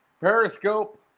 periscope